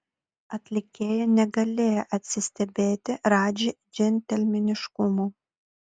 atlikėja negalėjo atsistebėti radži džentelmeniškumu